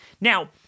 Now